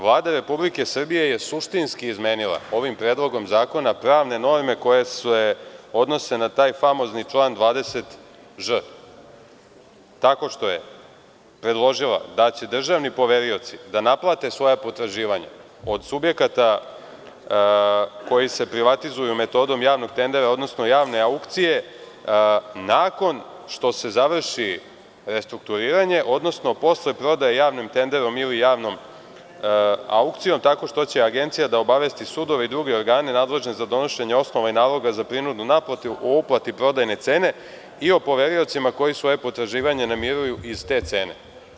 Vlada Republike Srbije je suštinski izmenila ovim predlogom zakona pravne norme koje se odnose na taj famozni član 20ž tako što je predložila da će državni poverioci da naplate svoja potraživanja od subjekata koji se privatizuju metodom javnog tendera, odnosno javne aukcije nakon što se završi restrukturiranje, odnosno posle prodaje javnim tenderom ili javnom aukcijom tako što će agencija da obavesti sudove i druge organe nadležne za donošenje osnova i naloga za prinudnu naplatu o uplati prodajne cene i o poveriocima koje svoje potraživanje namiruju iz te cene.